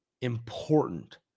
important